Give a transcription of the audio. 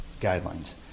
guidelines